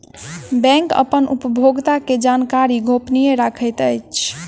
bank अपन उपभोगता के जानकारी गोपनीय रखैत अछि